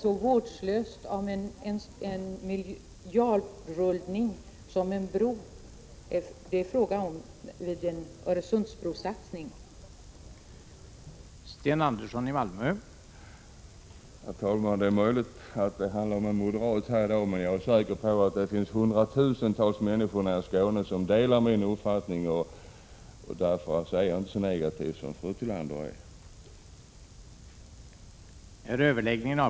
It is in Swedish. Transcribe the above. Jag är bara förvånad över att en moderat uttalar sig så vårdslöst om den miljardrullning som en Öresundsbrosatsning innebär.